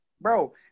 bro